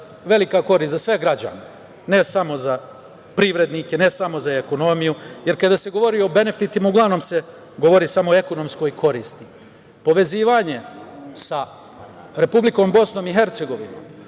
velika korist za sve građane, ne samo za privrednike, ne samo za ekonomiju, jer kada se govori o benefitu uglavnom se govori samo o ekonomskoj koristi. Povezivanje sa Republikom BiH,